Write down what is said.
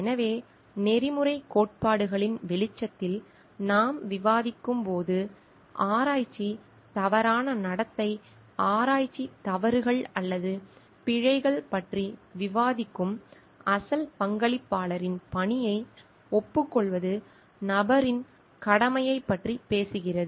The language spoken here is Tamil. எனவே நெறிமுறைக் கோட்பாடுகளின் வெளிச்சத்தில் நாம் விவாதிக்கும்போது ஆராய்ச்சி தவறான நடத்தை ஆராய்ச்சி தவறுகள் அல்லது பிழைகள் பற்றி விவாதிக்கும் அசல் பங்களிப்பாளரின் பணியை ஒப்புக்கொள்வது நபரின் கடமையைப் பற்றி பேசுகிறது